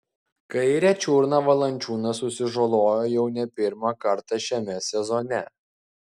kairę čiurną valančiūnas susižalojo jau ne pirmą kartą šiame sezone